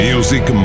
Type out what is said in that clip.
Music